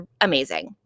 amazing